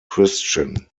christian